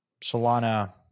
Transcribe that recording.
Solana